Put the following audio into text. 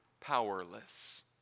powerless